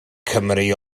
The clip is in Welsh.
cymru